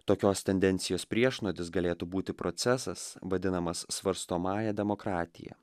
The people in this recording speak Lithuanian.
tokios tendencijos priešnuodis galėtų būti procesas vadinamas svarstomąja demokratija